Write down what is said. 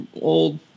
old